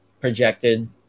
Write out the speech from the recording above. projected